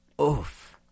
Oof